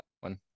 one